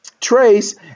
Trace